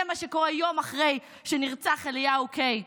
זה מה שקורה יום אחרי שנרצח אליהו קיי,